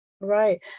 right